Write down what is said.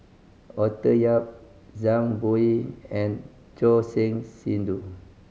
Arthur Yap Zhang Bohe and Choor Singh Sidhu